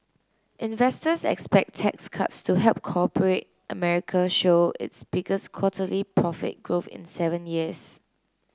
investors expect tax cuts to help corporate America show its biggest quarterly profit growth in seven years